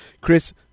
Chris